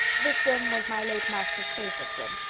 this room was my late master's favourite room,